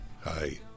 Hi